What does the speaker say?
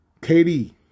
KD